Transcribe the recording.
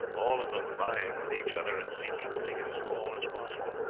all of them vying with each other, and seeking to make it as tall as possible.